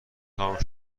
تموم